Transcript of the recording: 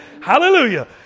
Hallelujah